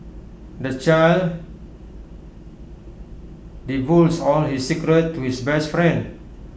the child divulged all his secrets to his best friend